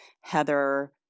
Heather